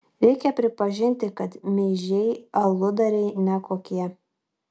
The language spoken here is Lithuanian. reikia pripažinti kad meižiai aludariai ne kokie